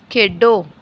ਖੇਡੋ